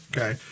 Okay